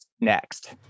next